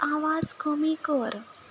आवाज कमी कर